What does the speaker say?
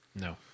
No